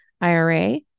IRA